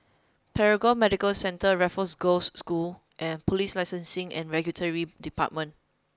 Paragon Medical Centre Raffles Girls' School and Police Licensing and Regulatory Department